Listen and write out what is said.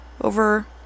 over